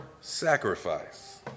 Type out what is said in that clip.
sacrifice